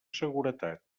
seguretat